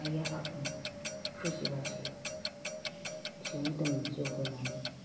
आइ आफाखौ फुजिबासो गोसो मोदोम जिउ होनानै